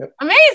Amazing